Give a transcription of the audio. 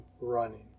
running